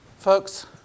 Folks